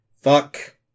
Fuck